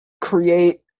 create